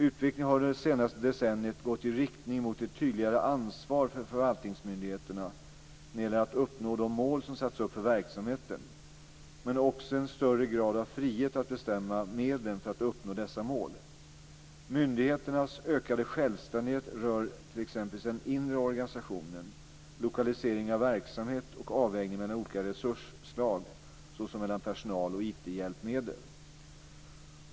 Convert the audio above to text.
Utvecklingen har under det senaste decenniet gått i riktning mot ett tydligare ansvar för förvaltningsmyndigheterna när det gäller att uppnå de mål som satts upp för verksamheten, men också mot en större grad av frihet att bestämma medlen för att uppnå dessa mål. Myndigheternas ökade självständighet rör t.ex. den inre organisationen, lokaliseringen av verksamhet och avvägningen mellan olika resursslag, såsom mellan personal och IT-hjälpmedel.